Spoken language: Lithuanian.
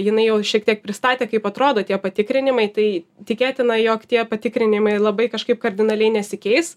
jinai jau šiek tiek pristatė kaip atrodo tie patikrinimai tai tikėtina jog tie patikrinimai labai kažkaip kardinaliai nesikeis